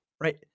Right